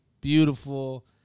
beautiful